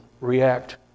react